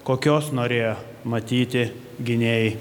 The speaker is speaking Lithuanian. kokios norėjo matyti gynėjai